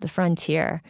the frontier.